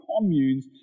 communes